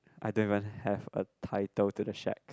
I don't even have a title to the shack